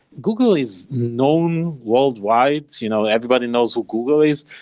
google is known worldwide. you know everybody knows who google is,